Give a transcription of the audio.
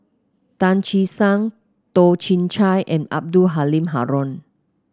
Tan Che Sang Toh Chin Chye and Abdul Halim Haron